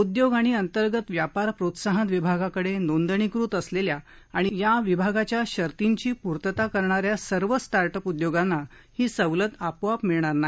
उद्योग आणि अंतर्गत व्यापार प्रोत्साहन विभागाकडे नोंदणीकृत असलेल्या आणि या विभागाच्या शर्तींची पूर्तता करणाऱ्या सर्व स्टार्ट अप उद्योगांना ही सवलत आपोआप मिळणार नाही